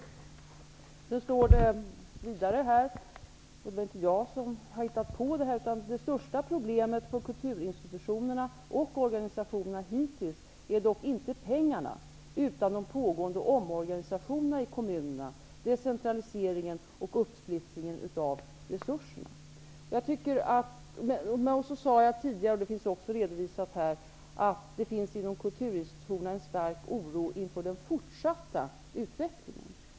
Vidare står det -- detta är alltså ingenting som jag har hittat på: Det största problemet för kulturinstitutionerna och organisationerna hittills är dock inte pengarna, utan de pågående omorganisationerna i kommunerna, decentraliseringen och uppsplittringen av resurserna. Jag sade tidigare att det inom kulturinstitutionerna finns en stark oro inför den fortsatta utvecklingen.